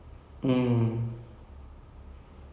and then like he he has the looks for it as well